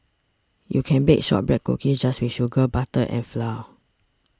you can bake Shortbread Cookies just with sugar butter and flour